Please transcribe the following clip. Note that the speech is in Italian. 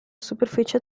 superficie